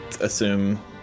assume